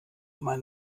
mein